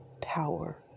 power